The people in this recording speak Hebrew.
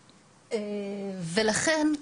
ולכן,